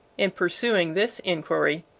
in pursuing this inquiry,